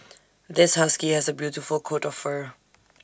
this husky has A beautiful coat of fur